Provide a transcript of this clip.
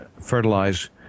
fertilize